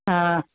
हा